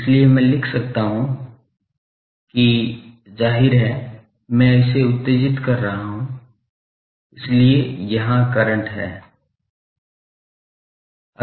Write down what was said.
इसलिए मैं लिख सकता हूं कि वहाँ है जाहिर है मैं इसे उत्तेजित कर रहा हूँ इसलिए यहाँ करंट है